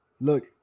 look